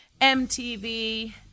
MTV